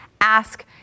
ask